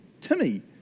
Timmy